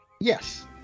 Yes